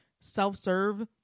Self-serve